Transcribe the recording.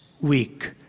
week